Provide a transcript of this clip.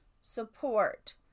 support